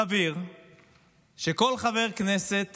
סביר שכל חבר כנסת